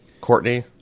Courtney